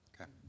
Okay